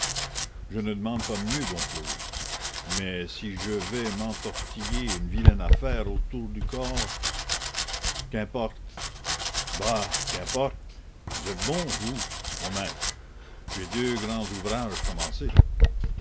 je ne demande pas mieux dom claude mais si je vais m'entortiller une vilaine affaire autour du corps qu'importe bah qu'importe vous êtes bon vous mon maître j'ai deux grands ouvrages commencés